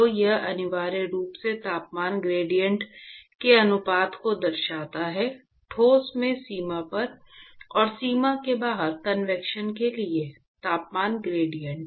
तो यह अनिवार्य रूप से तापमान ग्रेडिएंट के अनुपात को दर्शाता है ठोस में सीमा पर और सीमा के बाहर कन्वेक्शन के लिए तापमान ग्रेडिएंट